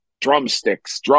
drumsticks